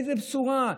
איזו בשורה?